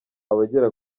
abagera